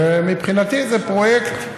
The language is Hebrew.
ומבחינתי זה פרויקט,